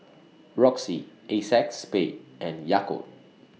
Roxy Acex Spade and Yakult